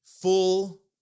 full